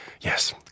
Yes